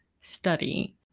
study